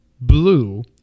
blue